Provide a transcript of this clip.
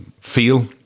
feel